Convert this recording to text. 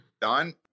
Done